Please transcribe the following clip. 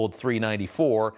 394